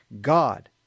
God